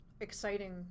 exciting